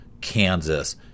Kansas